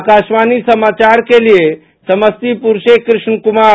आकाशवाणी समाचार के लिए समस्तीपुर से कृष्ण कुमार